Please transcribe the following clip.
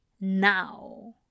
now